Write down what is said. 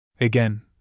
Again